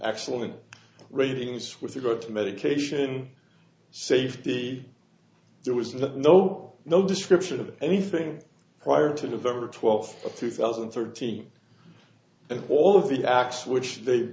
actually readings with regard to medication safety there was no no no description of anything prior to november twelfth two thousand and thirteen and all of the acts which they